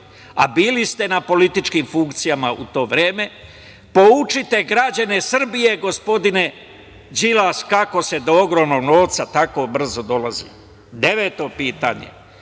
a bili ste na političkim funkcijama u to vreme? Poučite građane Srbije, gospodine Đilas, kako se do ogromnog novca tako brzo dolazi. Deveto pitanje,